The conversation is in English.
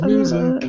Music